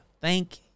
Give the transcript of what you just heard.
Thank